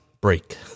break